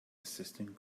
assistant